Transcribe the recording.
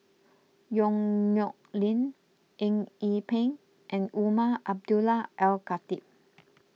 Yong Nyuk Lin Eng Yee Peng and Umar Abdullah Al Khatib